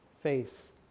face